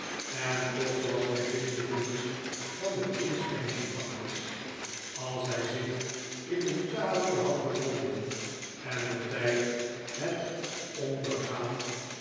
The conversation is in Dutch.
en toch was hij binnen de rules van de king's bench gevangenis als hij zich in italie had bevonden en de tijd het ondergaan